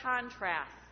contrast